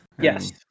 Yes